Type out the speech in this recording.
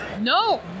No